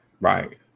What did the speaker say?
Right